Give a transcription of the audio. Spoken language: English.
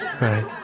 right